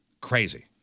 Crazy